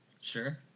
Sure